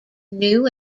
new